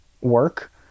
work